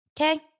Okay